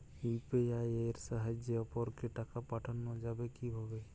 UPI এর সাহায্যে অপরকে টাকা পাঠানো যাবে কিভাবে?